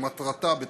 שמטרתה,